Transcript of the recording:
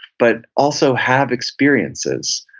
but also have experiences.